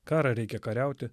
karą reikia kariauti